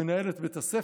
מנהלת בית הספר,